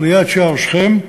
ליד שער שכם,